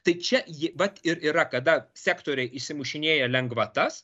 tai čia ji vat ir yra kada sektoriai išsimušinėja lengvatas